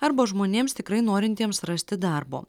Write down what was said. arba žmonėms tikrai norintiems rasti darbo